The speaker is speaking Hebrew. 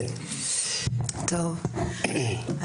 תודה לך על